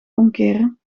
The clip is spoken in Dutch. omkeren